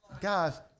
Guys